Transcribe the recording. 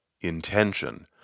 intention